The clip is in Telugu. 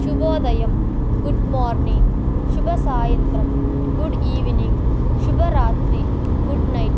శుభోదయం గుడ్ మార్నింగ్ శుభ సాయంత్రం గుడ్ ఈవినింగ్ శుభరాత్రి గుడ్ నైట్